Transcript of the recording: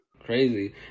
Crazy